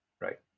right